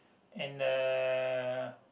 and uh